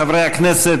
חברי הכנסת,